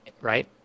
Right